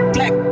Black